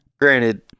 Granted